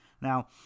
Now